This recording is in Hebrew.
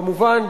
כמובן,